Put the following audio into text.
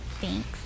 Thanks